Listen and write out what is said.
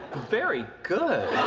very good.